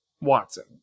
Watson